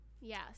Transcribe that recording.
Yes